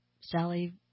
Sally